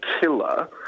killer